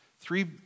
Three